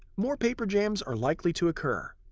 more paper jams are likely to occur.